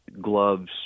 gloves